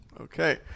Okay